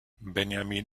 benjamin